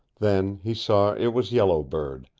then he saw it was yellow bird,